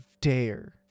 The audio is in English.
dare